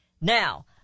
Now